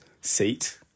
seat